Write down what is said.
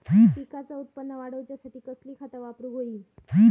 पिकाचा उत्पन वाढवूच्यासाठी कसली खता वापरूक होई?